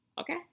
okay